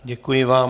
Děkuji vám.